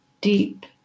deep